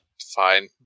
Fine